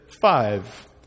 Five